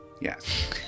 Yes